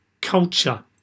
culture